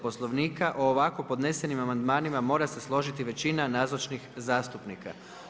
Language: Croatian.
Poslovnika o ovako podnesenim amandmanima mora se složiti većina nazočnih zastupnika.